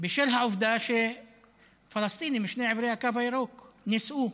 בשל העובדה שפלסטינים משני עברי הקו הירוק נישאו.